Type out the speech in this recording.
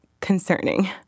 concerning